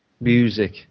music